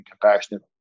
compassionate